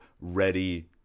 ready